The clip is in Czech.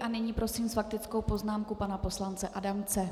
Nyní prosím s faktickou poznámkou pana poslance Adamce.